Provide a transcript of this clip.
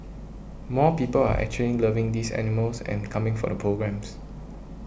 more people are actually loving these animals and coming for the programmes